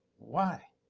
why.